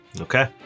Okay